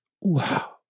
wow